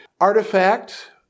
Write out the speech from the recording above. artifact